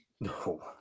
No